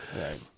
Right